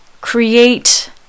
create